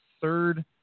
third